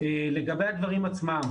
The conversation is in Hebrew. לגבי הדברים עצמם.